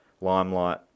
limelight